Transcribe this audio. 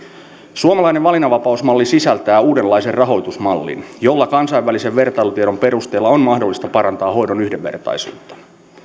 suomalainen valinnanvapausmalli sisältää uudenlaisen rahoitusmallin jolla kansainvälisen vertailutiedon perusteella on mahdollista parantaa hoidon yhdenvertaisuutta